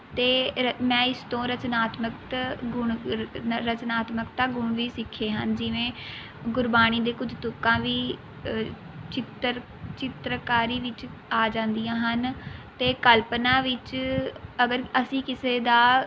ਅਤੇ ਮੈਂ ਇਸ ਤੋਂ ਰਚਨਾਤਮਕ ਗੁਣ ਰਚਨਾਤਮਕਤਾ ਗੁਣ ਵੀ ਸਿੱਖੇ ਹਨ ਜਿਵੇਂ ਗੁਰਬਾਣੀ ਦੀ ਕੁਝ ਤੁਕਾਂ ਵੀ ਚਿੱਤਰ ਚਿੱਤਰਕਾਰੀ ਵਿੱਚ ਆ ਜਾਂਦੀਆਂ ਹਨ ਅਤੇ ਕਲਪਨਾ ਵਿੱਚ ਅਗਰ ਅਸੀਂ ਕਿਸੇ ਦਾ